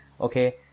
okay